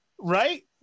right